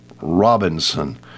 Robinson